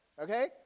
okay